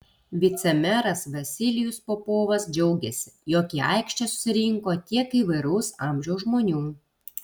vicemeras vasilijus popovas džiaugėsi jog į aikštę susirinko tiek įvairaus amžiaus žmonių